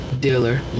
Dealer